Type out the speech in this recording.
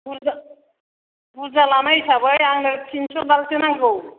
बुरजा बुरजा लानाय हिसाबै आंनो थिनस' दालसो नांगौ